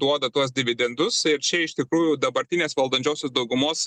duoda tuos dividendus ir čia iš tikrųjų dabartinės valdančiosios daugumos